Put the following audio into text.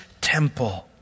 temple